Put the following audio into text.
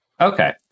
Okay